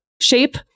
shape